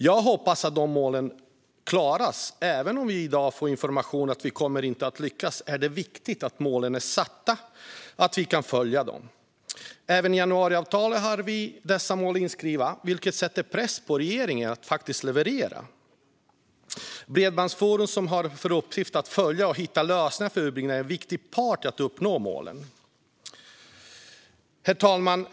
Jag hoppas att vi når dessa mål, men även om vi i dag får information om att vi inte kommer att lyckas är det viktigt att målen är satta och att vi kan följa dem. Även i januariavtalet är dessa mål inskrivna, vilket sätter press på regeringen att faktiskt leverera. Bredbandsforum, som har till uppgift att följa och hitta lösningar för utbyggnaden, är en viktig part i att uppnå målen. Herr talman!